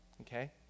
Okay